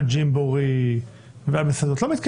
על ג'ימבורי ועל מסעדות, לא מתקיים.